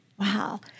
Wow